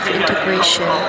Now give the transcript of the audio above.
integration